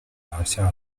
辖下